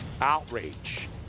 Outrage